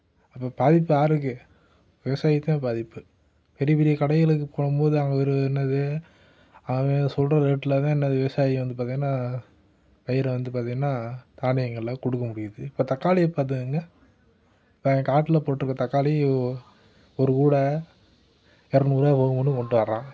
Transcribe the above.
அப்ப பாதிப்பு யாருக்கு விவசாயிக்கு தான் பாதிப்பு பெரிய பெரிய கடைகளுக்கு போகும் போது அவங்க ஒரு என்னது அவன் சொல்கிற ரேட்ல தான் என்னது விவசாயி வந்து பார்த்திங்கனா பயிரை வந்து பார்த்திங்கனா தானியங்கள்லாம் கொடுக்க முடியுது இப்போ தக்காளியை பார்த்துக்குங்க இப்போ காட்டில போட்டிருக்க தக்காளி ஒரு கூடை இரநூறுவா ஒவ்வொன்றும் கொண்டு வரான்